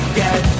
get